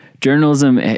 journalism